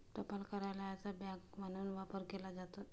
टपाल कार्यालयाचा बँक म्हणून वापर केला जातो